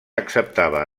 acceptava